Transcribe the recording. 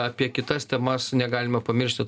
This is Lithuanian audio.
apie kitas temas negalime pamiršti